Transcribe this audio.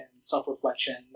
self-reflection